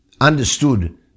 understood